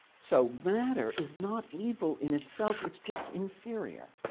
so matter is not evil in itself. it's just inferior.